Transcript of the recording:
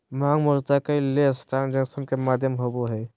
मांग मसौदा cashless transaction के माध्यम होबो हइ